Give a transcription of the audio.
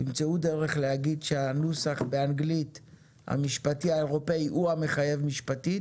תמצאו דרך להגיד שהנוסח המשפטי האירופי באנגלית הוא המחייב משפטית